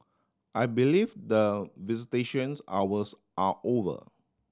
I believe the visitations hours are over